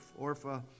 Orpha